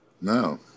no